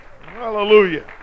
Hallelujah